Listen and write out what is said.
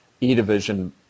E-Division